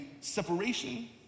separation